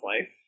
life